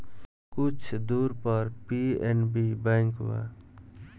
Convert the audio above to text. कुछ दूर पर पी.एन.बी बैंक बा